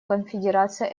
конфедерация